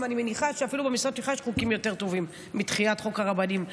אני מניחה שאפילו במשרד שלך יש חוקים יותר טובים מדחיית חוק הרבנים לא'